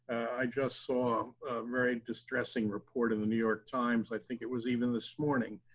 i just saw a very distressing report in the new york times, i think it was even this morning,